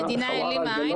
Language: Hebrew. המדינה העלימה עין,